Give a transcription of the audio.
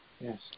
Yes